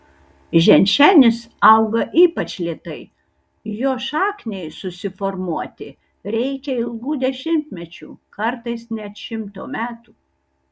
ženšenis auga ypač lėtai jo šakniai susiformuoti reikia ilgų dešimtmečių kartais net šimto metų